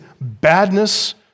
badness